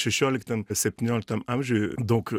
šešioliktam septynioliktam amžiuj daug